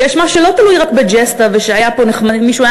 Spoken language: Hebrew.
שיש משהו שלא תלוי רק בג'סטה ומישהו היה